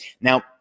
now